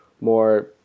more